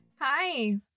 Hi